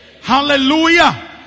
Hallelujah